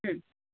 हं